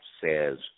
says